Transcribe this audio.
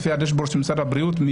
לפי הדשבורד של משרד הבריאות,